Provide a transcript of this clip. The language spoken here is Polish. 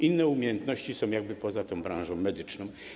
Inne umiejętności są jakby poza tą branżą medyczną.